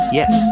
yes